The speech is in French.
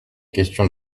question